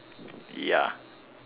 ya